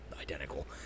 identical